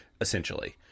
essentially